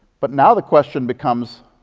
but now the question becomes,